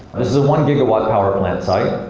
this is a one gigawatt power plant site.